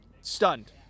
Stunned